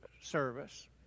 service